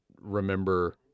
remember